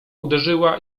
uderzyła